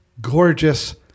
gorgeous